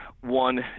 one